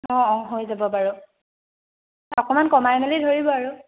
অঁ অঁ হৈ যাব বাৰু অকণমান কমাই মেলি ধৰিব আৰু